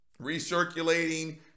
recirculating